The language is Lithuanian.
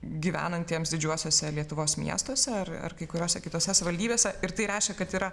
gyvenantiems didžiuosiuose lietuvos miestuose ar ar kai kuriose kitose savivaldybėse ir tai reiškia kad yra